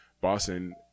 boston